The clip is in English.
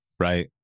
right